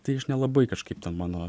tai aš nelabai kažkaip ten mano